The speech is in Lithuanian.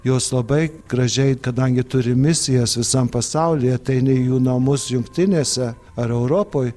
jos labai gražiai kadangi turi misijas visam pasaulyje tai ne jų namus jungtinėse ar europoj